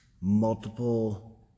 multiple